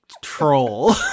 troll